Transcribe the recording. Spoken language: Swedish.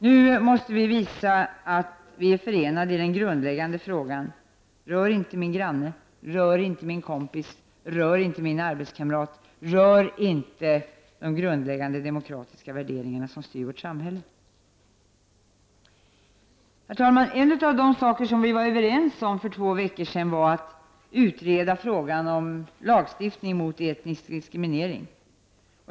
Nu måste vi visa att vi är förenade i den grundläggande frågan: rör inte min granne, rör inte min kompis, rör inte min arbetskamrat, rör inte de grundläggande demokratiska värderingar som styr vårt samhälle. Herr talman! En av de saker vi var överens om för två veckor sedan var att utreda frågan om lagstiftning mot etnisk diskriminering.